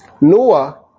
Noah